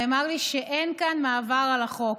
ונאמר לי שאין כאן מעבר על החוק.